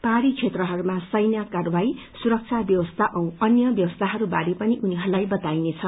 पहाड़ी क्षेत्रहरूमा सैन्य कारवाई सुरक्षा व्यवस्था औ अन्य व्यवस्थाहरू बारे पनि उनीहरूलाई बताइनेछ